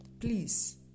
Please